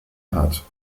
hat